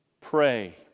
pray